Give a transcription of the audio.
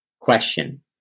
question